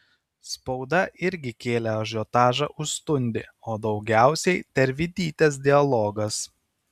spauda irgi kėlė ažiotažą už stundį o daugiausiai tervidytės dialogas